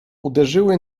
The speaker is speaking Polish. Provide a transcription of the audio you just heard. uderzyły